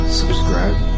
subscribe